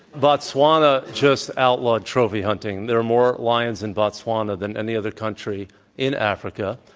botswana just outlawed trophy hunting. there are more lions in botswana than any other country in africa.